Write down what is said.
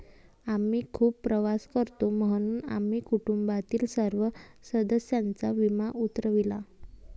आम्ही खूप प्रवास करतो म्हणून आम्ही कुटुंबातील सर्व सदस्यांचा विमा उतरविला